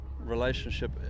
relationship